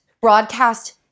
Broadcast